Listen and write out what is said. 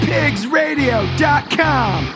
PigsRadio.com